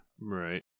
right